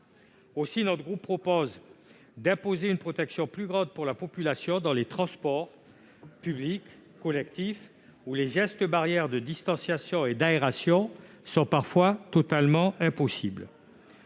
Aussi, notre groupe propose d'imposer une protection plus grande pour la population dans les transports publics collectifs, où les gestes barrières de distanciation et d'aération sont parfois totalement impossibles.